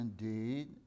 indeed